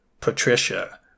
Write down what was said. Patricia